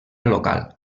local